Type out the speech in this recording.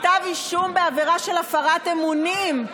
כתב אישום בעבירה של הפרת אמונים.